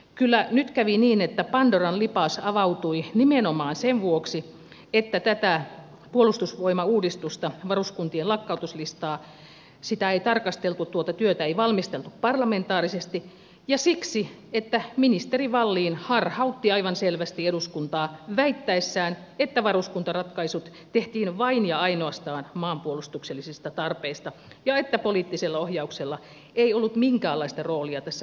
kyllä nyt kävi niin että pandoran lipas avautui nimenomaan sen vuoksi että tätä puolustusvoimauudistusta varuskuntien lakkautuslistaa ei tarkasteltu eikä tuota työtä valmisteltu parlamentaarisesti ja siksi että ministeri wallin harhautti aivan selvästi eduskuntaa väittäessään että varuskuntaratkaisut tehtiin vain ja ainoastaan maanpuolustuksellisista tarpeista ja että poliittisella ohjauksella ei ollut minkäänlaista roolia tässä valmistelussa